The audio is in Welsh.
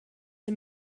sut